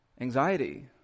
anxiety